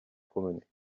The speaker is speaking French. promener